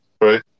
right